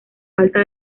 falta